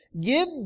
give